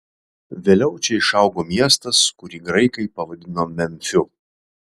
vėliau čia išaugo miestas kurį graikai pavadino memfiu